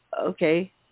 Okay